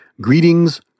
Greetings